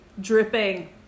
Dripping